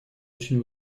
очень